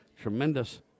Tremendous